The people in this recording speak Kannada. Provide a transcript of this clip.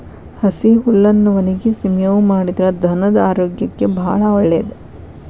ಹಸಿ ಹುಲ್ಲನ್ನಾ ಒಣಗಿಸಿ ಮೇವು ಮಾಡಿದ್ರ ಧನದ ಆರೋಗ್ಯಕ್ಕೆ ಬಾಳ ಒಳ್ಳೇದ